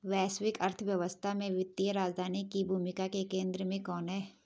वैश्विक अर्थव्यवस्था में वित्तीय राजधानी की भूमिका के केंद्र में कौन है?